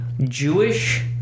Jewish